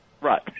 Right